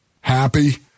happy